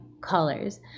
colors